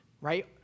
right